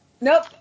nope